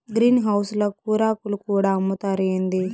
green house ల కూరాకులు కూడా అమ్ముతారా ఏంది